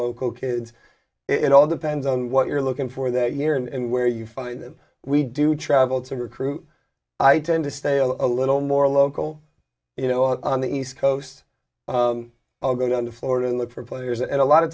local kids it all depends on what you're looking for that year and where you find that we do travel to recruit i tend to stay a little more local you know on the east coast i'll go down to florida and look for players and a lot